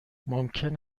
ممکن